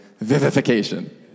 vivification